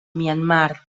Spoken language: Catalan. myanmar